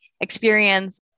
experience